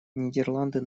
нидерланды